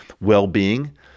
well-being